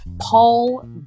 Paul